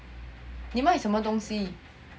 你卖什么东西